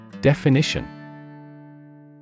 Definition